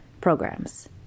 programs